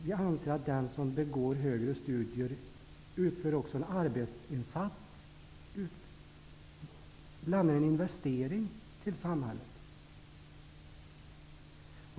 Vi anser att den som begår högre studier också utför en arbetsinsats, nämligen en investering för samhället.